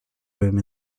room